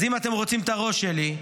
אז אם אתם רוצים את הראש שלי,